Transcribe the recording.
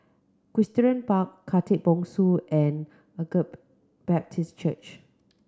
Equestrian Khatib Bongsu and Agape Baptist Church